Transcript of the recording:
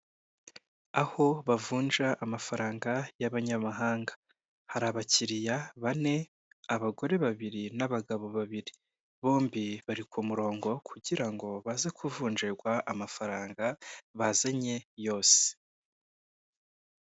Aho bavunja amafaranga y'abanyamahanga, hari abakiriya bane, abagore babiri n'abagabo babiri. Bombi bari ku murongo kugira ngo baze kuvunjrwa amafaranga bazanye yose.